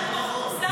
שר הביטחון.